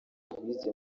louise